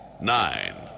nine